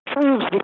proves